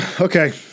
Okay